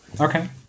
Okay